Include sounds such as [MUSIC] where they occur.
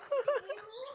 [LAUGHS]